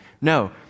No